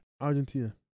Argentina